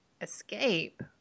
escape